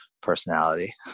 personality